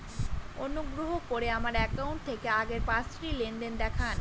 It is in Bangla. অনুগ্রহ করে আমার অ্যাকাউন্ট থেকে আগের পাঁচটি লেনদেন দেখান